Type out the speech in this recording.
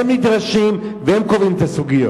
הם נדרשים והם קובעים את הסוגיות.